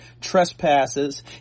trespasses